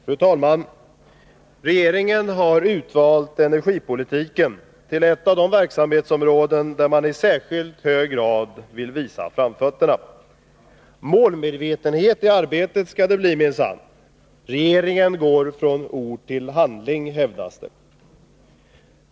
Fru talman! Regeringen har utvalt energipolitiken till ett av de verksamhetsområden där man i särskilt hög grad vill visa framfötterna. Målmedvetenhet i arbetet skall det bli minsann. Regeringen går från ord till handling, hävdas det.